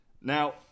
Now